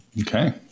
Okay